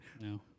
No